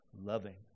loving